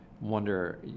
wonder